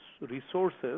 resources